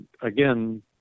again